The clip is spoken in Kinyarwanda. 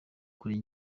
kuri